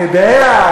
אני יודע.